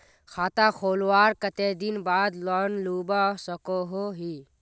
खाता खोलवार कते दिन बाद लोन लुबा सकोहो ही?